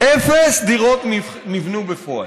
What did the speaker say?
אפס דירות נבנו בפועל.